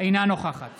אינה נוכחת